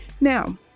now